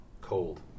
cold